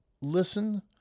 Listen